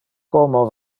como